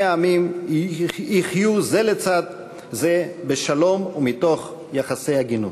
העמים יחיו זה לצד זה בשלום ומתוך יחסי הגינות.